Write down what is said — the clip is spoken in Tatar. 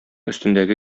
өстендәге